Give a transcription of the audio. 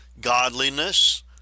godliness